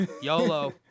YOLO